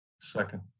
Second